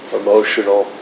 emotional